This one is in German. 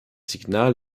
signal